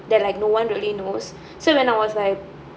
that like no one really knows so when I was like